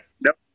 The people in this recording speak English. Nope